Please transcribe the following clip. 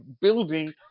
building